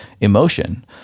emotion